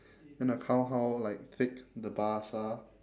gonna count how like thick the bars are